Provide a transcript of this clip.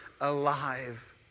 alive